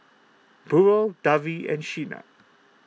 Burrell Davy and Shenna